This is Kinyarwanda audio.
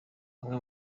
bamwe